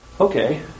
Okay